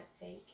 take